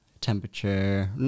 temperature